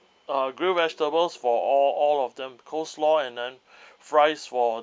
uh grilled vegetables for all all of them coleslaw and then fries for